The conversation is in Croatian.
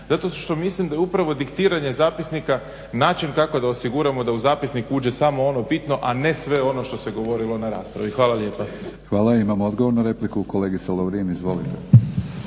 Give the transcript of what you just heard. zato što mislim da je upravo diktiranje zapisnika način kako da osiguramo da u zapisnik uđe samo ono bitno, a ne sve ono što se govorilo na raspravi. Hvala lijepa. **Batinić, Milorad (HNS)** Hvala. Imamo odgovor na repliku, kolegica Lovrin. Izvolite.